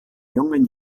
jungen